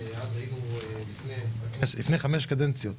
לפני חמש קדנציות,